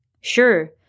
Sure